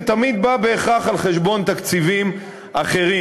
זה תמיד בא בהכרח על חשבון תקציבים אחרים.